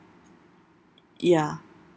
ya